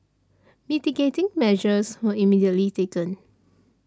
mitigating measures were immediately taken